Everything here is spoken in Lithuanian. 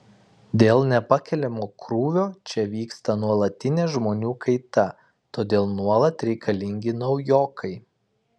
dėl nepakeliamo krūvio čia vyksta nuolatinė žmonių kaita todėl nuolat reikalingi naujokai